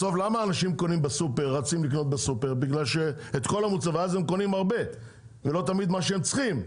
בסוף אנשים קונים בסופר והם קונים הרבה ולא תמיד את מה שהם צריכים,